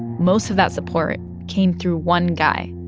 most of that support came through one guy.